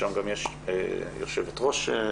שם גם יש יושבת-ראש דירקטוריון.